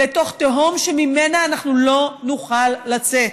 לתוך תהום שממנה לא נוכל לצאת.